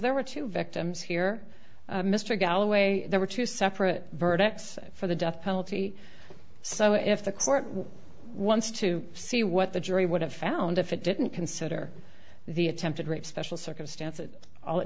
there were two victims here mr galloway there were two separate verdicts for the death penalty so if the court wants to see what the jury would have found if it didn't consider the attempted rape special circumstances all it